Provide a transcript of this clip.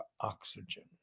oxygen